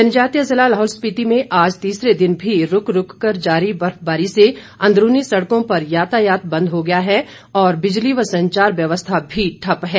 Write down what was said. जनजातीय जिला लाहौल स्पिति में आज तीसरे दिन भी रूक रूक जारी बर्फबारी से अंदरूनी सड़कों पर यातायात बंद हो गया है और बिजली व संचार व्यवस्था भी ठप्प है